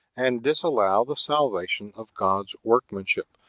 and disallow the salvation of god's workmanship,